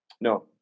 No